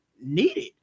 needed